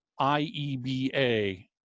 IEBA